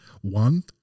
One